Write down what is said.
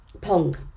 Pong